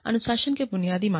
अनुशासन के बुनियादी मानक